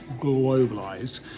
globalized